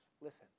Listen